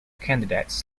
candidates